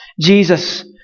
Jesus